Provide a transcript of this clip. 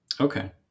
Okay